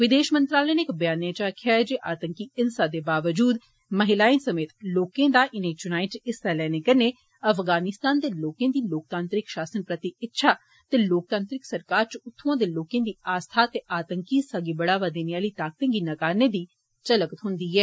विदेश मंत्रालय नै इक ब्यानै च आक्खेआ ऐ जे आतंकी हिंसा दे बावजूद महिलाएं समेत लोकें दा इनें चुनाएं च हिस्सा लैने कन्नै अफगानिस्तान दे लोकें दी लोकतांत्रिक शासन प्रति इच्छा ते लोकतांत्रिक सरकार च उत्थुआं दे लोके दी आस्था ते हिंसा गी बढ़ावा देने आली ताकतें गी नकारने दी झलक थ्होन्दी ऐ